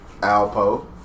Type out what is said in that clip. Alpo